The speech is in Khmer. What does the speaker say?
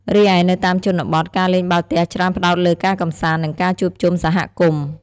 រីឯនៅតាមជនបទ ការលេងបាល់ទះច្រើនផ្ដោតលើការកម្សាន្ត និងការជួបជុំសហគមន៍។